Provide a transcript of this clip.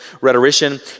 rhetorician